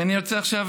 אני ארצה עכשיו,